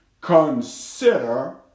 consider